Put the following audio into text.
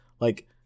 Like-